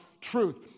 truth